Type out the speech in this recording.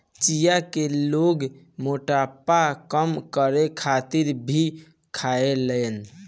चिया के लोग मोटापा कम करे खातिर भी खायेला